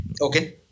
Okay